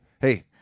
hey